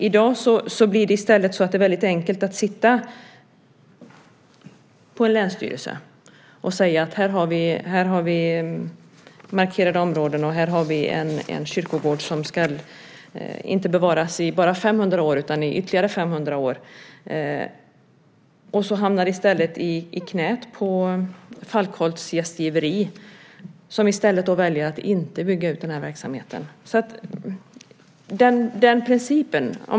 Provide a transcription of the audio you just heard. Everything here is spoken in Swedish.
I dag blir det i stället så att det är väldigt enkelt att sitta på en länsstyrelse och säga att man har markerade områden och en kyrkogård som ska bevaras i inte bara 500 år utan i ytterligare 500 år, och så hamnar detta i stället i knäet på Falkholts Gestgifveri, som då väljer att inte bygga ut verksamheten.